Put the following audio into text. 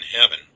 heaven